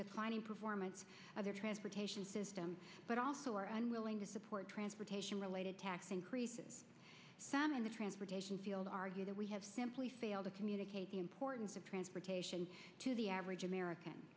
e performance of their transportation system but also are unwilling to support transportation related tax increases in the transportation field argue that we have simply failed to communicate the importance of transportation to the average american